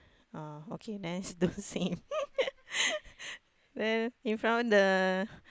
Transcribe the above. ah okay nice those same then in front of the